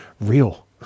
real